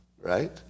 right